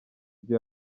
ibyo